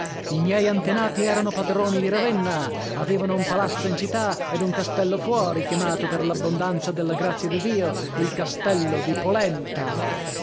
i miei antenati erano padroni di ravenna avevano un palazzo in città ed un castello fuori chiamato per l'abbondanza della grazia di dio il castello di polenta